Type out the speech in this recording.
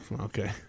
okay